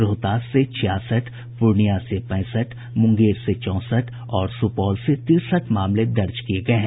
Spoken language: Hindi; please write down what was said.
रोहतास से छियासठ पूर्णिया से पैंसठ मुंगेर से चौंसठ और सुपौल से तिरसठ मामले दर्ज किये गये हैं